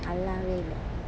நல்லாவே இல்ல:nallave illa